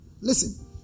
Listen